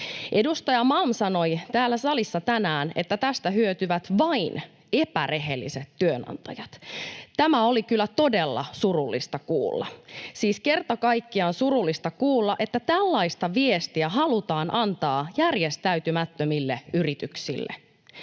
Edustaja Malm sanoi täällä salissa tänään, että tästä hyötyvät vain epärehelliset työnantajat. Tämä oli kyllä todella surullista kuulla. Siis kerta kaikkiaan surullista kuulla, että tällaista viestiä halutaan antaa järjestäytymättömille yrityksille.